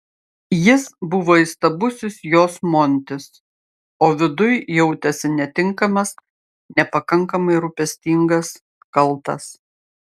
jis buvo įstabusis jos montis o viduj jautėsi netinkamas nepakankamai rūpestingas kaltas